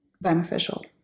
beneficial